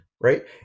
right